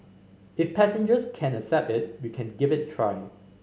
if passengers can accept it we can give it a try